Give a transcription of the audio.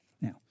now